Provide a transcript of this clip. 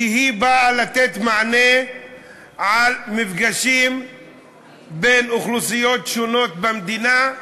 שבאה לתת מענה למפגשים בין אוכלוסיות שונות במדינה,